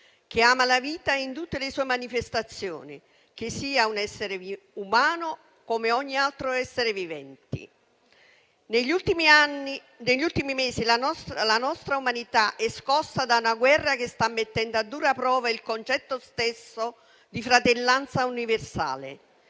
che ama la vita in tutte le sue manifestazioni, che sia un essere umano come ogni altro essere vivente. Negli ultimi mesi la nostra umanità è scossa da una guerra che sta mettendo a dura prova il concetto stesso di fratellanza universale.